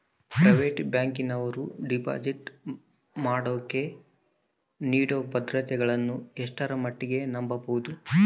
Private ಬ್ಯಾಂಕಿನವರು deposit ಮಾಡೋಕೆ ನೇಡೋ ಭದ್ರತೆಗಳನ್ನು ಎಷ್ಟರ ಮಟ್ಟಿಗೆ ನಂಬಬಹುದು?